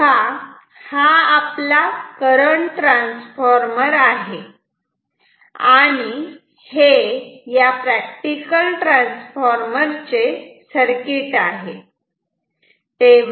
तेव्हा हा आपला करंट ट्रान्सफॉर्मर आहे आणि हे प्रॅक्टिकल ट्रान्सफॉर्मर चे सर्किट आहे